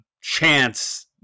chance